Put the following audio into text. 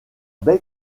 baie